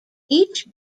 each